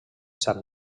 sant